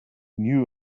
knew